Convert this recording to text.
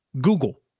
Google